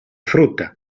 frutta